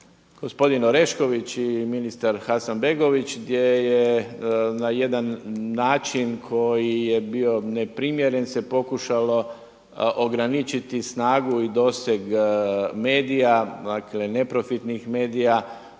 gospodin Orešković i ministar Hasanbegović gdje je na jedan način koji je bio neprimjeren se pokušalo ograničiti snagu i doseg medija, dakle neprofitnih medija,